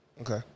Okay